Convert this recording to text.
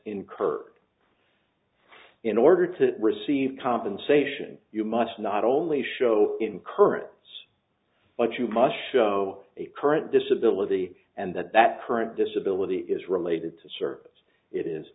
incurred in order to receive compensation you must not only show in currents but you must show a current disability and that that current disability is related to service it is